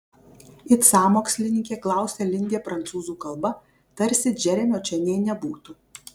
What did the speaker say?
it sąmokslininkė klausia lindė prancūzų kalba tarsi džeremio čia nė nebūtų